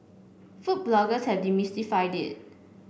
food bloggers have demystified it